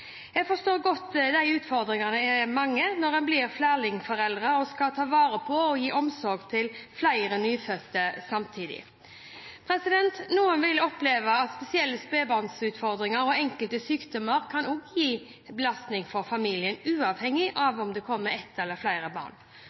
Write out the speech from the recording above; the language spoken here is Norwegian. Jeg forstår godt at utfordringene er mange når man blir flerlingforeldre og skal ta vare på og gi omsorg til flere nyfødte samtidig. Noen vil oppleve at spesielle spedbarnsutfordringer og enkelte sykdommer også kan gi belastning for familien, uavhengig av om det kommer ett eller flere barn.